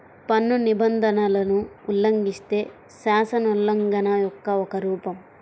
పన్ను నిబంధనలను ఉల్లంఘిస్తే, శాసనోల్లంఘన యొక్క ఒక రూపం